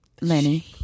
Lenny